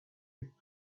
his